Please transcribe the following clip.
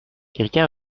quelqu’un